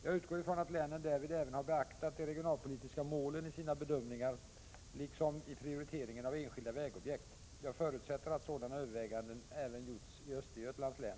Jag utgår ifrån att länen därvid även har beaktat de regionalpolitiska målen i sina bedömningar liksom i prioriteringen av enskilda vägobjekt. Jag förutsätter att sådana överväganden även gjorts i Östergötlands län.